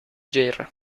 yerra